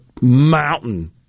mountain